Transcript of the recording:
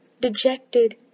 dejected